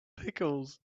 pickles